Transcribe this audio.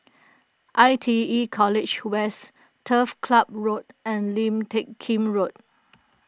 I T E College West Turf Ciub Road and Lim Teck Kim Road